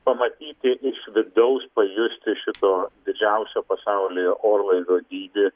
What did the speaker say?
pamatyti iš vidaus pajusti šito didžiausio pasaulyje orlaivio dydį